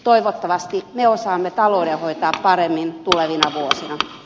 toivottavasti me osaamme taloutemme hoitaa paremmin tulevina vuosina